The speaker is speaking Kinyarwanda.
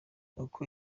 uko